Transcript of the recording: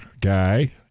guy